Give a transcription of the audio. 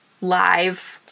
live